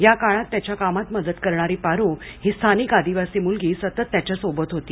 या काळात त्याच्या कामात मदत करणारी पारो हा स्थानिक आदिवासी मुलगी सतत त्याच्यासोबत होती